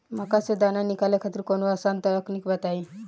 मक्का से दाना निकाले खातिर कवनो आसान तकनीक बताईं?